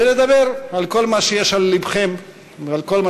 ולדבר על כל מה שיש על לבכם ועל כל מה